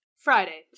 Friday